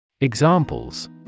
Examples